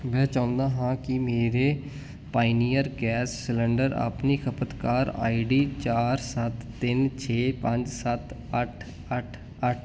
ਮੈਂ ਚਾਹੁੰਦਾ ਹਾਂ ਕਿ ਮੇਰਾ ਪਾਇਨੀਅਰ ਗੈਸ ਸਿਲੰਡਰ ਆਪਣੀ ਖਪਤਕਾਰ ਆਈਡੀ ਚਾਰ ਸੱਤ ਤਿੰਨ ਛੇ ਪੰਜ ਸੱਤ ਅੱਠ ਅੱਠ ਅੱਠ